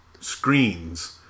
screens